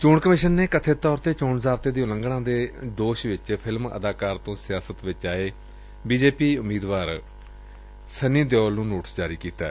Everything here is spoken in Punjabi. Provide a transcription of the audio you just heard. ਚੋਣ ਕਮਿਸ਼ਨ ਨੇ ਕਖਿਤ ਤੌਰ 'ਤੇ ਚੋਣ ਜਾਬਤੇ ਦੀ ਉਲੰਘਣਾ ਦੇ ਦੋਸ਼ ਵਿੱਚ ਫਿਲਮ ਅਦਾਕਾਰ ਤੇ ਸਿਆਸਟ ਵਿੱਚ ਬੀਜੇਪੀ ਦੇ ਉਮੀਦਵਾਰ ਸੰਨੀ ਦਿਓਲ ਨੂੰ ਨੋਟਿਸ ਜਾਰੀ ਕੀਤੈ